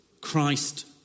Christ